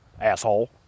asshole